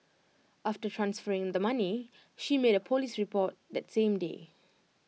after transferring the money she made A Police report that same day